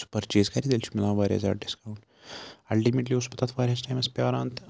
سُہ پٔرچیز کَرِ تیٚلہِ چھُ مِلان واریاہ زیادٕ ڈِسکاوُںٛٹ اَلٹِمیٹلی اوسُس بہٕ تَتھ واریاہَس ٹایمَس پیٛاران تہٕ